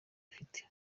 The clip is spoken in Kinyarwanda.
ifite